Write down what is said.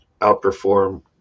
outperform